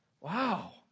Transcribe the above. Wow